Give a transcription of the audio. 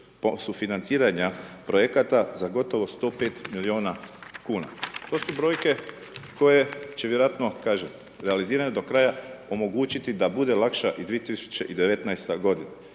sufinanciranja projekata za gotovo 105 miliona kuna. To su brojke koje će vjerojatno kažem realizirane do kraja omogućiti da bude lakša i 2019. godina.